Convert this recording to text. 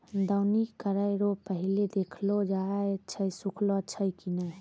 दौनी करै रो पहिले देखलो जाय छै सुखलो छै की नै